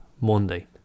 Monday